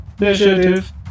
initiative